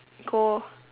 go